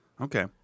Okay